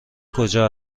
کجا